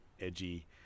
edgy